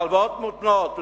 להלוואות מותנות,